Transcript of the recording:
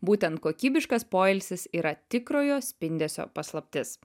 būtent kokybiškas poilsis yra tikrojo spindesio paslaptis